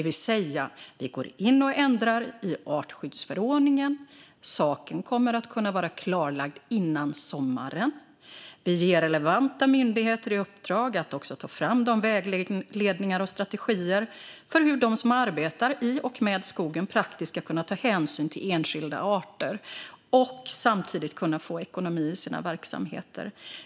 Vi går in och ändrar i artskyddsförordningen. Saken kommer att kunna vara klarlagd innan sommaren. Vi ger relevanta myndigheter i uppdrag att ta fram vägledningar och strategier för hur de som arbetar i och med skogen praktiskt ska kunna ta hänsyn till enskilda arter och samtidigt få ekonomi i sina verksamheter.